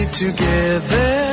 together